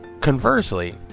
Conversely